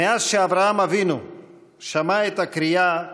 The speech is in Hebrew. אני מתכבד לפתוח את הדיון לציון יום העלייה.